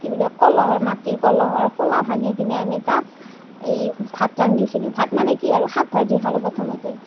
কি বুলি কয় কলহৰ মাটিৰ কলহৰ খোলা ভাঙি কেনে আমি তাত এই ভাত ৰান্ধিছিলোঁ ভাত মানে কি আৰু শাক ভাজি খালোঁ প্ৰথমতে